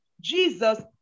Jesus